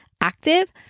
active